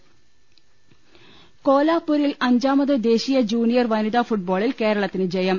കലക്കലക്ക കോലാപൂരിൽ അഞ്ചാമത് ദേശീയ ജൂനിയർ വനിതാ ഫുട്ബോളിൽ കേരളത്തിന് ജയം